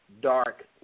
dark